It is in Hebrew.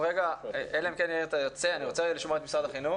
אני רוצה לשמוע את משרד החינוך